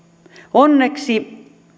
onneksi